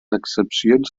excepcions